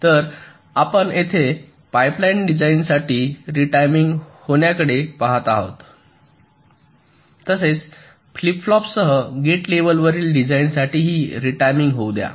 तर आपण येथे पाईपलाईन डिझाइनसाठी रीटायमिंग होण्याकडे पाहत आहोत तसेच फ्लिप फ्लॉपसह गेट लेव्हलवरील डिझाइनसाठीही रीटायमिंग होऊ द्या